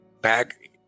back